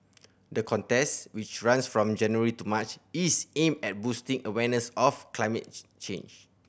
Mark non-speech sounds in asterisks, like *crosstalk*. the contest which runs from January to March is aimed at boosting awareness of climate *unintelligible* change